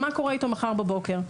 מה קורה אתו מחר בבוקר.